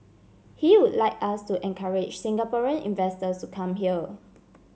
he would like us to encourage Singaporean investors to come here